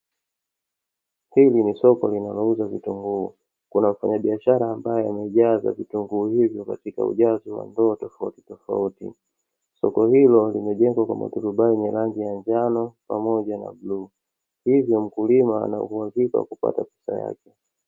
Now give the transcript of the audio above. Hili ni soko linalouza vitunguu. Kuna mfanyabiashara ambaye amejaza vitunguu hivyo katika ujazo wa ndoo tofautitofauti. Soko hilo limejengwa kwa maturubai yenye rangi ya njano, pamoja na bluu. Hivyo, mkulima ana uhakika wa kupata pesa yake.